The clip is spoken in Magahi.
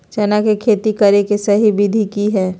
चना के खेती करे के सही विधि की हय?